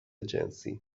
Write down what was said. جنسی